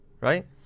right